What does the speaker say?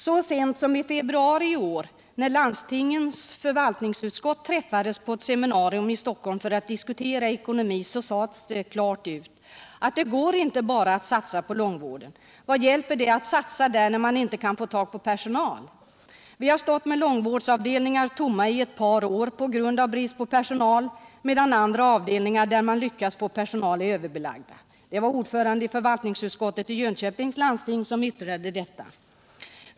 Så sent som i februari i år, när landstingens förvaltningsutskott träffades på ett seminarium i Stockholm för att diskutera ekonomi, sades det klart ut att det inte går att bara satsa på långvården. Vad hjälper det att satsa där, när man inte kan få tag på personal? Vi har stått med långvårdsavdelningar tomma i ett par år på grund av bristen på personal, medan andra avdelningar där man lyckats få personal är överbelagda, — Det var ordföranden i förvaltningsutskottet i Jönköpings landsting som yttrade detta.